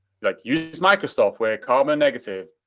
like, use microsoft, we're carbon negative.